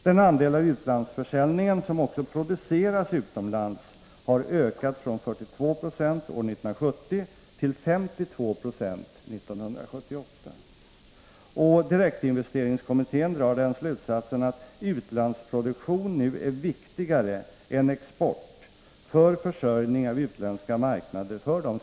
Den andel av utlandsförsäljningen som också produceras utomlands har ökat från 42 96 år 1970 till 52 26 1978. Direktinvesteringskommittén drar slutsatsen att för de svenska multinationella bolagen är utlandsproduktion nu viktigare än export för försörjning av utländska marknader.